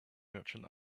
merchant